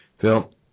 Phil